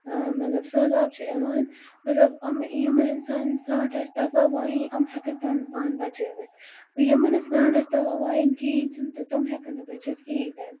آ مطلب سہلاب چھُ یِوان مطلب یِم یِمن یِم اِنسانن سرانٹھ آسہِ تَگان وایِنۍ یِم ہیٚکَن پَنُن پان بَچٲوِتھ یِمن نہٕ سرانٹھ آسہِ تَگان وایِنۍ کِہیںۍ تہِ تِم ہیٚکن نہٕ بٔچِتھ کِہیںۍ تہِ نہٕ